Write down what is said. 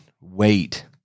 Wait